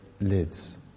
lives